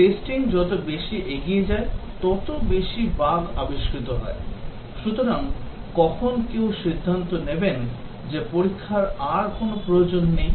testing যত বেশি এগিয়ে যায় তত বেশি বাগগুলি আবিষ্কৃত হয় সুতরাং কখন কেউ সিদ্ধান্ত নেবেন যে পরীক্ষার আর কোনও প্রয়োজন নেই